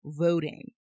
voting